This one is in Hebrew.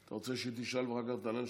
אתה רוצה שהיא תשאל ואחר כך תענה לשתיהן?